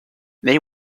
they